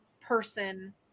person